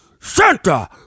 Santa